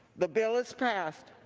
the bill is passed.